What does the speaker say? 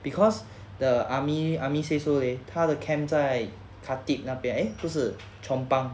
because the army army says so leh 他的 camp 在 khatib 那边 eh 不是 chong pang